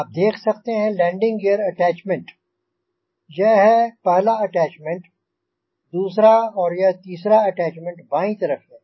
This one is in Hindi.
आप देख सकते हैं लैंडिन ग़ीयर अटैच्मेंट यह है पहला अटैच्मेंट दूसरा और यह तीसरा अटैच्मेंट बायीं तरफ़ है